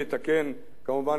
כמובן אתה המשפטן